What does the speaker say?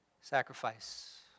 sacrifice